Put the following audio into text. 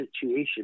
situation